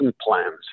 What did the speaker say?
plans